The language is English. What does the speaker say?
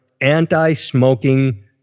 anti-smoking